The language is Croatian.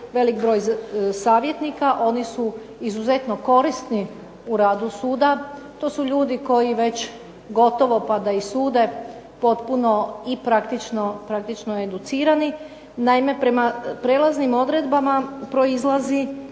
velik broj savjetnika. Oni su izuzetno korisni u radu suda. To su ljudi koji već gotovo pa da i sude potpuno i praktično educirani. Naime, prema prelaznim odredbama proizlazi